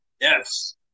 Yes